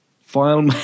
File